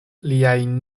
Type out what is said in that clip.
liajn